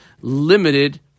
limited